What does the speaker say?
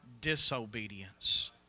disobedience